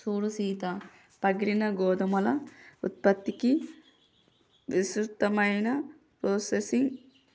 సూడు సీత పగిలిన గోధుమల ఉత్పత్తికి విస్తృతమైన ప్రొసెసింగ్